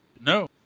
No